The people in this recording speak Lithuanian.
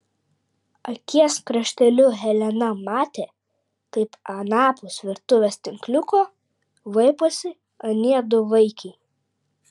akies krašteliu helena matė kaip anapus virtuvės tinkliuko vaiposi anie du vaikiai